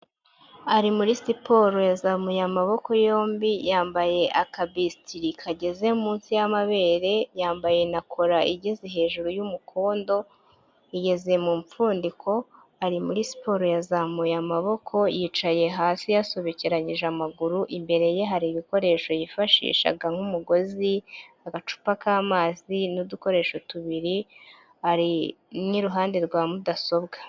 Ari muri siporo yazamuye amaboko yombi yambaye akabisitiri kageze munsi y'amabere, yambaye na kora igeze hejuru y'umukondo, igeze mu mpfundiko, ari muri siporo yazamuye amaboko, yicaye hasi yasobekeranyije amaguru, imbere ye hari ibikoresho yifashishaga nk'umugozi, agacupa k'amazi, n'udukoresho tubiri, ari n'iruhande rwa mudasobwa.